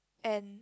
and